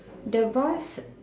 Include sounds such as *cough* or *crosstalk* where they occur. the vase *noise*